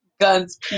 Guns